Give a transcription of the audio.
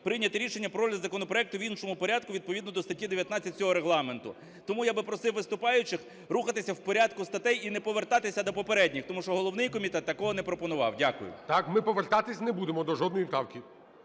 прийняте рішення розгляд законопроекту в іншому порядку відповідно до статті 19 цього Регламенту. Тому я би просив виступаючих рухатися в порядку статей і не повертатися до попередніх, тому що головний комітет такого не пропонував. Дякую. ГОЛОВУЮЧИЙ. Так, ми повертатись не будемо до жодної правки.